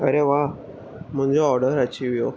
अरे वाह मुंहिंजो ऑडर अची वियो